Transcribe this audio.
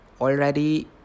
already